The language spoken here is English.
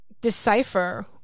decipher